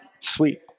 Sweet